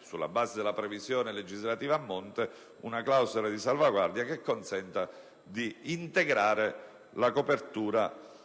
sulla base della previsione legislativa a monte, una clausola di salvaguardia che consenta di integrare la copertura attraverso